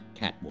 Catwoman